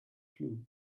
clue